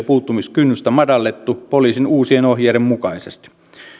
puuttumiskynnystä madallettu poliisin uusien ohjeiden mukaisesti